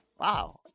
Wow